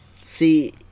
See